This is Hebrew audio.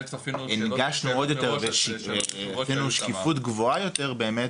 הנגשנו עוד יותר והבאנו שקיפות גבוהה יותר, באמת,